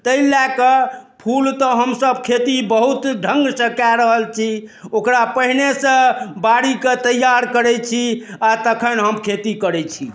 तै लए कऽ फूल तऽ हमसभ खेती बहुत ढङ्गसँ कए रहल छी ओकरा पहिनेसँ बारीके तैयार करै छी आओर तखन हम खेती करै छी